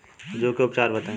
जूं के उपचार बताई?